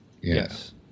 Yes